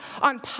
on